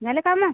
झाले कामं